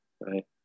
Right